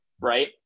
Right